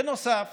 בנוסף